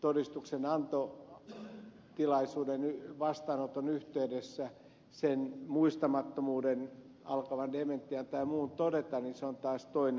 todistuksenantotilaisuuden vastaanoton yhteydessä sen muistamattomuuden alkavan dementian tai muun todeta on taas toinen asia